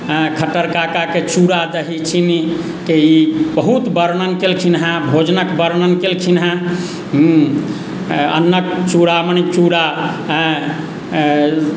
आँय खट्टर काकाके चूड़ा दही चीनीके ई बहुत वर्णन केलखिन हेँ भोजनक वर्णन केलखिन हेँ हँ अन्नक चूड़ामणि चूड़ा हँ आओर